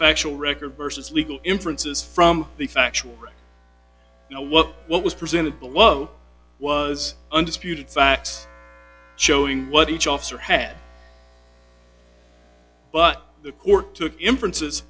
factual record versus legal inferences from the factual you know what what was presented below was undisputed facts showing what each officer had but the court took inferences